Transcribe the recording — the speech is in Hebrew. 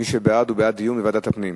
ההצעה להעביר את הנושא לוועדת הפנים